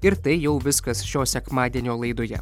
ir tai jau viskas šio sekmadienio laidoje